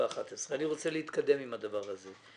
בשעה 11:00. אני רוצה להתקדם עם הדבר הזה.